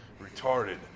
retarded